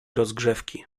rozgrzewki